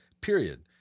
period